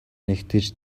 нэгтгэж